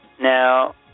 Now